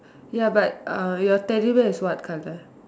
ya but your Teddy bear is what colour